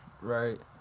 right